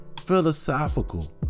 philosophical